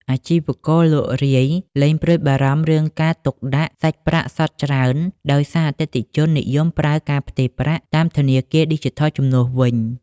អាជីវករលក់រាយលែងព្រួយបារម្ភរឿងការទុកដាក់សាច់ប្រាក់សុទ្ធច្រើន ដោយសារអតិថិជននិយមប្រើការផ្ទេរប្រាក់តាមធនាគារឌីជីថលជំនួសវិញ។